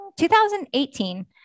2018